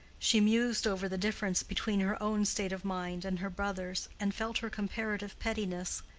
she mused over the difference between her own state of mind and her brother's, and felt her comparative pettiness.